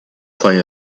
play